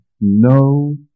no